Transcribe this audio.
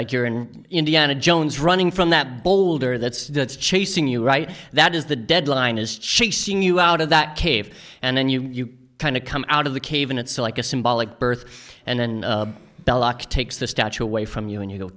like you're in indiana jones running from that boulder that's chasing you right that is the deadline is chasing you out of that cave and then you kind of come out of the cave and it's like a symbolic birth and then belloc takes the statue away from you and you go